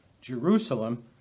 Jerusalem